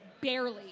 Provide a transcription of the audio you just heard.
barely